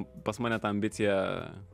pas mane ta ambicija